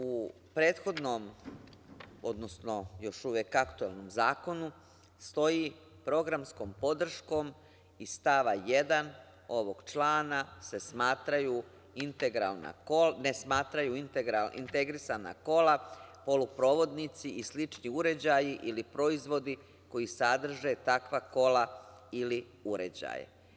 U prethodnom, odnosno još uvek aktuelnom zakonu stoji - programskom podrškom iz stava 1. ovog člana se ne smatraju integrisana kola, poluprovodnici i slični uređaji ili proizvodi koji sadrže takva kola ili uređaje.